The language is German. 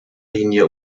linie